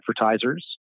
advertisers